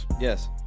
Yes